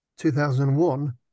2001